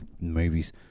movies